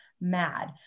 mad